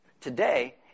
Today